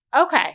Okay